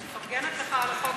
אני מפרגנת לך על החוק הזה.